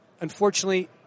unfortunately